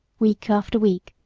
week after week,